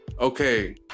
okay